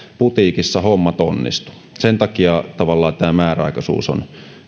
putiikissa hommat onnistu sen takia tavallaan tämä määräaikaisuus on